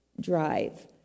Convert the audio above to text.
drive